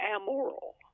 amoral